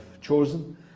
chosen